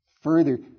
Further